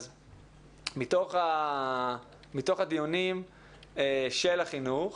מתוך הדיונים של החינוך,